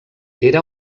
era